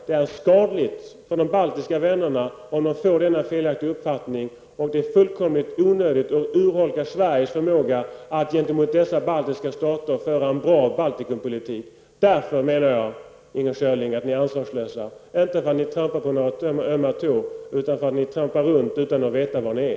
Det är skadligt för baltiska vännerna om de får denna felaktiga uppfattning. Det är fullkomligt onödigt och urholkar Sveriges förmåga att föra en bra Baltikumpolitik. Därför menar jag, Inger Schörling, att ni är ansvarslösa. Inte för att ni trampar på några ömma tår, utan för att ni trampar runt utan att veta var ni är.